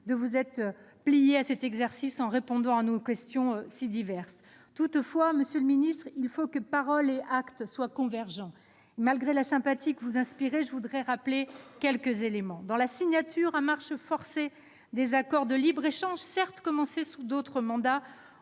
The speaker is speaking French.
de vous être plié à cet exercice en répondant à nos questions si diverses. Toutefois, il faut que paroles et actes convergent. Malgré la sympathie que vous inspirez, je voudrais rappeler quelques éléments. Avec la signature à marche forcée, certes commencée sous d'autres mandats,